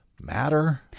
matter